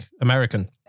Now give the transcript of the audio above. american